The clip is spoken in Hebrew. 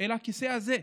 אל הכיסא הזה,